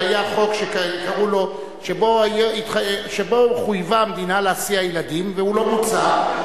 אלא היה חוק שבו חויבה המדינה להסיע ילדים והוא לא בוצע,